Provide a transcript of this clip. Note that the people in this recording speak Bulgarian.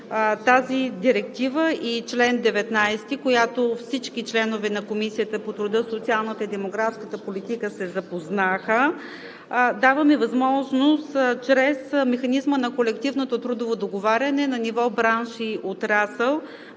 тази директива и чл. 19, с която всички членове на Комисията по труда, социалната и демографската политика се запознаха, даваме възможност чрез механизма на колективното трудово договаряне на ниво бранш и отрасъл